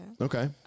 Okay